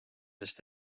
sest